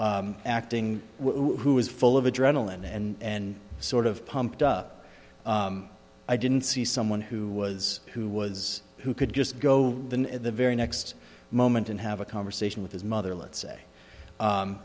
acting who is full of adrenaline and sort of pumped up i didn't see someone who was who was who could just go in at the very next moment and have a conversation with his mother let's say